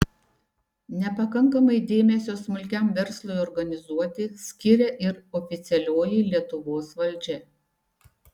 nepakankamai dėmesio smulkiam verslui organizuoti skiria ir oficialioji lietuvos valdžia